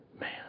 man